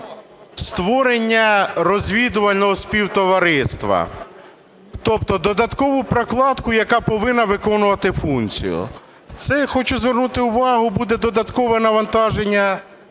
створення розвідувального співтовариства, тобто додаткова прокладка, яка повинна виконувати функцію. Це, хочу звернути увагу, буде додаткове навантаження